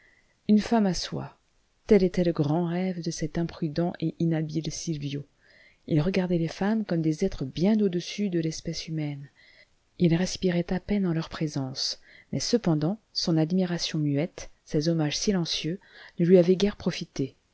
une femme à soi tel était le grand rêve de cet imprudent et inhabile sylvio il regardait les femmes comme des êtres bien au-dessus de l'espèce humaine il respirait à peine en leur présence mais cependant son admiration muette ses hommages silencieux ne lui avaient guère profité